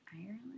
Ireland